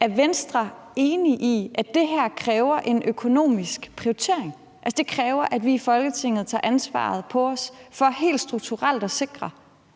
Er Venstre enig i, at det her kræver en økonomisk prioritering, og at det kræver, at vi i Folketinget tager ansvaret på os i forhold til strukturelt at sikre,